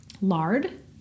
Lard